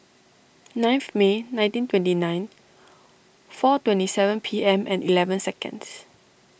ninth May nineteen twenty nine four twenty seven P M and eleven seconds